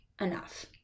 enough